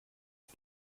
mit